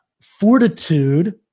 fortitude